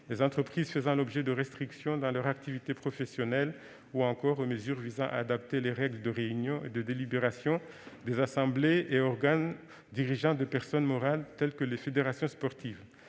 les entreprises faisant l'objet de restrictions dans leur activité professionnelle, ou encore aux mesures visant à adapter les règles de réunion et de délibération des assemblées et organes dirigeants de personnes morales, telles que les fédérations sportives.